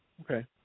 Okay